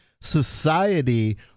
society